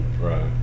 Right